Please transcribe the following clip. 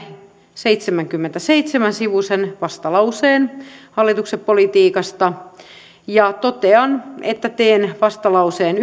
seitsemänkymmentäseitsemän sivuisen vastalauseen hallituksen politiikasta ja totean että teen vastalauseen